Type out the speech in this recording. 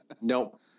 nope